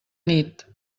nit